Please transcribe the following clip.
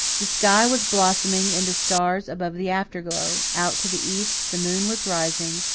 the sky was blossoming into stars above the afterglow out to the east the moon was rising,